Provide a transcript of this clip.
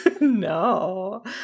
no